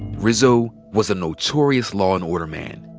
rizzo was a notorious law-and-order man.